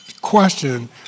question